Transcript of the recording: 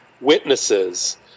witnesses